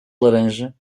laranja